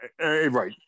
right